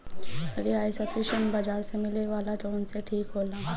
रियायती ऋण बाजार से मिले वाला लोन से ठीक होला